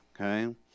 Okay